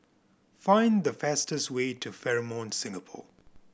find the fastest way to Fairmont Singapore